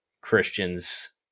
Christians